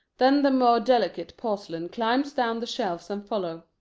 then the more delicate porcelains climb down the shelves and follow.